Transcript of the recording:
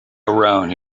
around